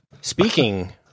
Speaking